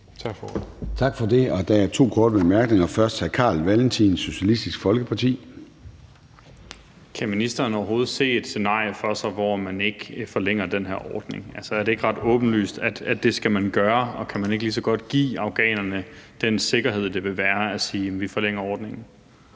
Tak for det. Der er to med korte bemærkninger. Først hr. Carl Valentin, Socialistisk Folkeparti. Kl. 21:45 Carl Valentin (SF): Kan ministeren overhovedet se et scenarie for sig, hvor man ikke forlænger den her ordning? Er det ikke ret åbenlyst, at man skal gøre det, og kan man ikke lige så godt give afghanerne den sikkerhed, det vil være, at man siger: Vi forlænger ordningen?